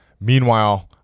Meanwhile